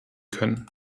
können